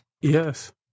Yes